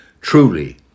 Truly